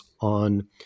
on